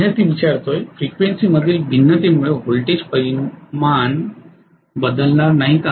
विद्यार्थीः फ्रिक्वेन्सीमधील भिन्नतेमुळे व्होल्टेज परिमाण बदलणार नाही का